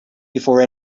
before